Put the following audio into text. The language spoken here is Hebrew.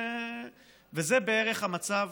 וזה בערך המצב